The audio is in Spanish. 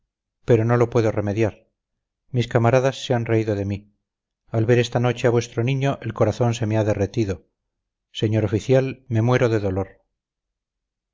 pero no lo puedo remediar mis camaradas se han reído de mí al ver esta noche a vuestro niño el corazón se me ha derretido señor oficial me muero de dolor